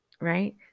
right